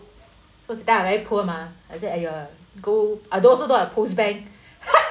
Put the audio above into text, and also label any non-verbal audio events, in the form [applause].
that time I very poor mah I said !aiya! go uh those who don't have POSB bank [laughs]